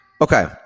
Okay